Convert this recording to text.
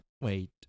wait